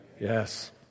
Yes